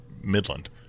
Midland